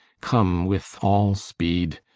come with all speed!